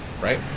Right